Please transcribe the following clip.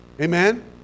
Amen